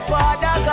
Father